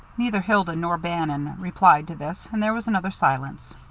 neither hilda nor bannon replied to this, and there was another silence.